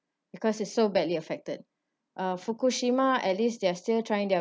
because it's so badly affected uh fukushima at least they're still trying their